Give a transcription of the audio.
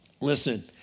listen